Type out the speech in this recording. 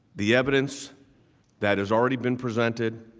the evidence that has already been presented.